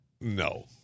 No